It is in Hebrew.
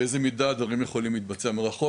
באיזו מידה הדברים יכולים להתבצע מרחוק